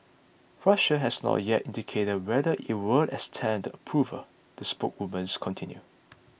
Russia has not yet indicated whether it will extend the approvals the spokeswoman continued